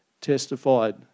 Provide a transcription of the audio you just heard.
testified